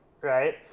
right